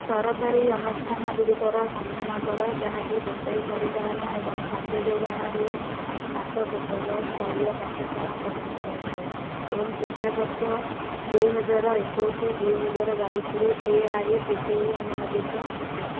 ସରକାରୀ ଅନୁଷ୍ଠାନଗୁଡ଼ିକର ସନ୍ଧାନ କର ଯାହାକି ହୋଟେଲ୍ ପରିଚାଳନା ଏବଂ ଖାଦ୍ୟ ଯୋଗାଣରେ ସ୍ନାତକୋତ୍ତର ସ୍ତରୀୟ ପାଠ୍ୟକ୍ରମ ପ୍ରଦାନ କରିଥାଏ ଏବଂ ଶିକ୍ଷାବର୍ଷ ଦୁଇହଜାର ଏକୋଇଶ ଦୁଇହଜାର ବାଇଶିରେ A I C T E ଅନୁମୋଦିତ ଅଟେ